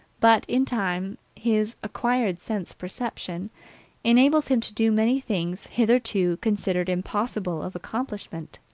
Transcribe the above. but, in time, his acquired sense perception enables him to do many things hitherto considered impossible of accomplishment.